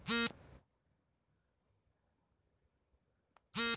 ಅಂತಾರಾಷ್ಟ್ರೀಯ ಬ್ಯಾಂಕಿಗೆ ನಿಧಿ ವರ್ಗಾವಣೆ ಮಾಡುವ ವಿಧಿ ಏನು?